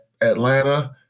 Atlanta